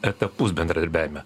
etapus bendradarbiavime